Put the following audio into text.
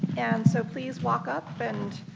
and so please walk up and